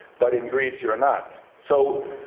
but in greece you are not. so,